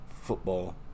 football